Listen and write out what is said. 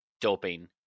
doping